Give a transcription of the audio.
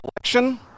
election